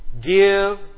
Give